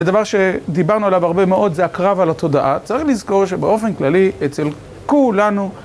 זה דבר שדיברנו עליו הרבה מאוד, זה הקרב על התודעה. צריך לזכור שבאופן כללי אצל כולנו